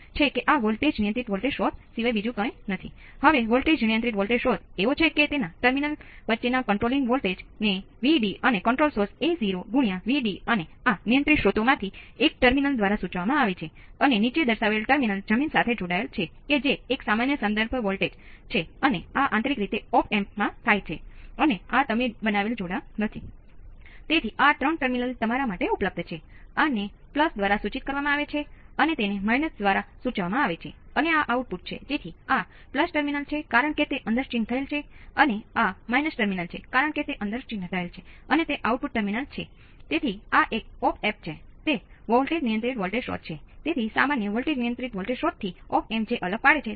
તેથી આ op amps V2 સાથે જોડાયેલ છે તેથી આમાંથી વહેતો વિદ્યુત પ્રવાહ V1 V2 છે જે R1 દ્વારા વિભાજિત થાય છે